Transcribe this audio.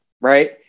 right